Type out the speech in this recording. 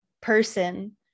person